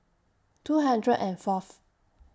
two hundred and Fourth